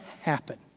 happen